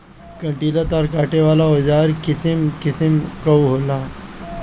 कंटीला तार काटे वाला औज़ार किसिम किसिम कअ होला